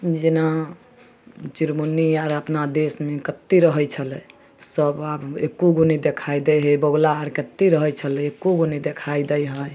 जेना चुड़मुनी आर अपना देशमे कते रहै छलै सब आब एगो नहि देखाइ दै है बौगुला आर कते रहै छलै एगो नहि देखाइ दै है